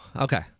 Okay